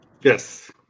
Yes